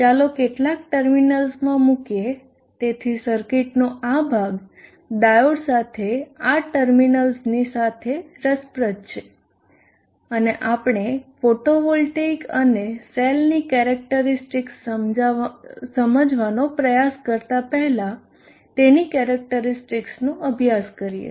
ચાલો કેટલાક ટર્મિનલ્સમાં મુકીએ તેથી સર્કિટનો આ ભાગ ડાયોડ સાથે આ ટર્મિનલ્સની સાથે રસપ્રદ છે અને આપણે ફોટોવોલ્ટેઇક અને સેલની કેરેક્ટરીસ્ટિક્સ સમજવાનો પ્રયાસ કરતા પહેલા તેની કેરેક્ટરીસ્ટિક્સનો અભ્યાસ કરીએ